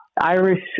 Irish